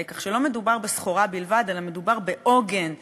כך שלא מדובר בסחורה בלבד אלא מדובר בעוגן משפחתי,